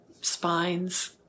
spines